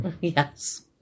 Yes